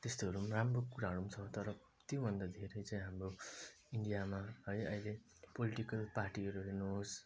त्यस्तोहरू राम्रो कुराहरू छ तर त्यो भन्दा धेरै चाहिँ हाम्रो इन्डियामा है अहिले पोलिटिकल पार्टीहरू हेर्नु होस्